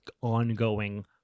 ongoing